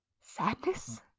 sadness